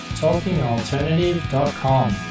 talkingalternative.com